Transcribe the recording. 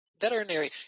veterinary